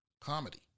comedy